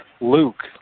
Luke